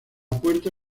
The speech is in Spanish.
puerta